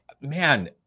man